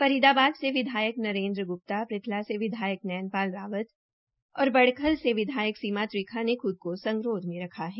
फरीदाबाद के विधायक नरेन्द्र ग्प्ता पृथ्ला के विधायक नैन पाल रावत और बड़खल से विधायक सीमा त्रिखा ने खुद को संगरोध में रखा है